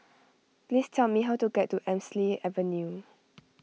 please tell me how to get to Hemsley Avenue